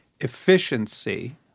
efficiency